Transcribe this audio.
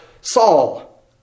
Saul